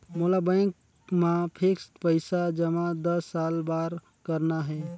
मोला बैंक मा फिक्स्ड पइसा जमा दस साल बार करना हे?